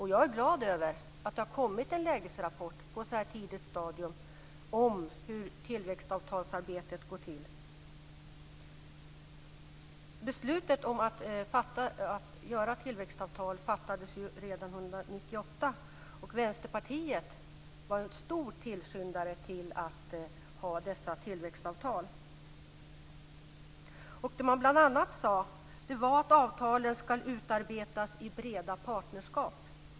Jag är glad över att det på ett så här tidigt stadium har kommit en lägesrapport om hur tillväxtavtalsarbetet går till. Beslutet om att göra tillväxtavtal fattades redan 1998. Vänsterpartiet var stor tillskyndare av att ha dessa tillväxtavtal. Det man bl.a. sade var att avtalen ska utarbetas i breda partnerskap.